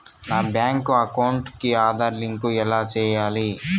నా bank account కి Aadhaar link ఎలా సేయాలి